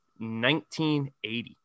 1980